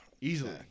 Easily